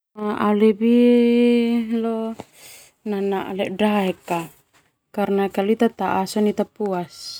Au lebih leo nanaa ledodaek ka karna ita taa sona ita puas.